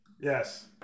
Yes